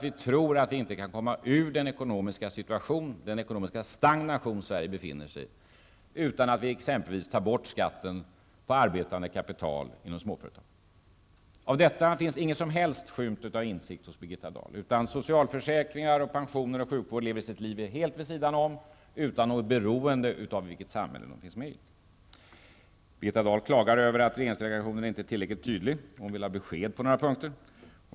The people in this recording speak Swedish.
Vi tror att vi inte kan komma ur den ekonomiska stagnation som Sverige befinner sig i utan att ta bort skatten på exempelvis arbetande kapital inom småföretagen. Om detta finns ingen som helst skymt av insikt hos Birgitta Dahl, utan socialförsäkringar, pensioner och sjukvård lever sitt liv helt vid sidan om utan något beroende av vilket samhälle det handlar om. Birgitta Dahl klagar över att regeringsdeklarationen inte är tillräckligt tydlig. Hon vill ha besked på några punkter.